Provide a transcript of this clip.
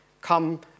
come